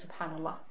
subhanAllah